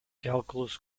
calculus